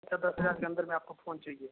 अच्छा दस हजार के अंदर में आपको फोन चाहिए